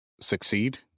succeed